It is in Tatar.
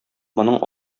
моның